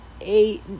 eight